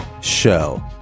show